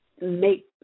make